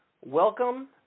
Welcome